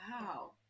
wow